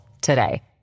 today